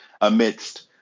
amidst